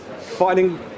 fighting